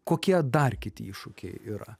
kokie dar kiti iššūkiai yra